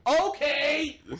Okay